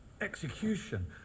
execution